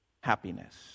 happiness